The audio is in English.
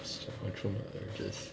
control my urges